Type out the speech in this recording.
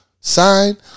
Sign